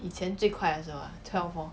以前最快的时候 ah twelve lor